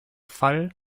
fall